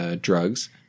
drugs